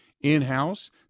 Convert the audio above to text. in-house